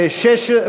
שנייה.